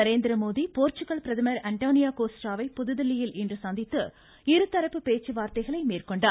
Narendra Modi Portugal பிரதமர் Antonio கோஸ்டாவை புதுதில்லியில் இன்று சந்தித்து இருதரப்பு பேச்சுவார்த்தைகளை மேற்கொண்டார்